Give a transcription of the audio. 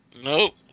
Nope